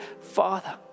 father